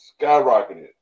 skyrocketed